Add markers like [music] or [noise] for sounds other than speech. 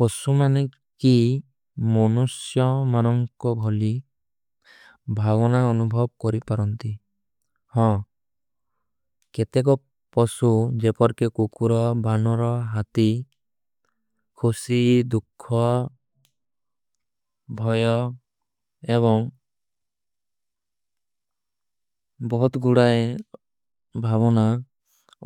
ପସୁ ମାନେ କୀ ମନୁସ୍ଯା ମନନ୍କ ଭଲୀ ଭାଵନା ଅନୁଭଵ କରୀ ପରଂତୀ। ହାଁ କେତେ କୋ ପସୁ ଜେ ପର କେ କୁକୁରା, ବାନୌରା, ହାତୀ, ଖୋଶୀ। ଦୁଖ୍ଵା ଭଯା ଏବଂ [hesitation] ବହୁତ ଗୁଡାଏ ଭାଵନା